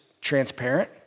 transparent